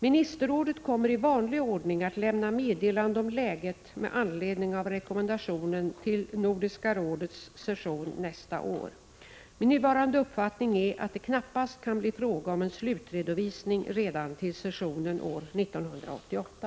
Ministerrådet kommer i vanlig ordning att lämna meddelande om läget med anledning av rekommendationen till Nordiska rådets session nästa år. Min nuvarande uppfattning är att det knappast kan bli fråga om en slutredovisning redan till sessionen år 1988.